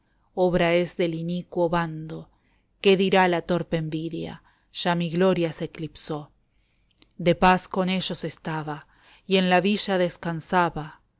obra es del inicuo bando i qué dirá la torpe envidia ya mi gloria se eclipsó de paz con ellos estaba y en la villa descansaba